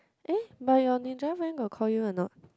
eh but your Ninja Van got call you a not